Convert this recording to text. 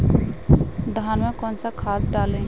धान में कौन सा खाद डालें?